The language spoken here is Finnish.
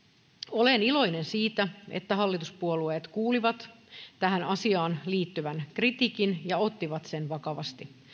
olen iloinen siitä että hallituspuolueet kuulivat tähän asiaan liittyvän kritiikin ja ottivat sen vakavasti